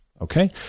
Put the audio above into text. Okay